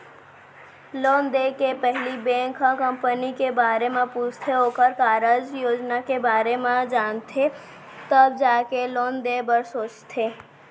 loan देय के पहिली बेंक ह कंपनी के बारे म पूछथे ओखर कारज योजना के बारे म जानथे तब जाके लोन देय बर सोचथे